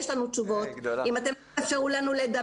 יש לנו תשובות, אבל רק אם אתם תאפשרו לנו לדבר.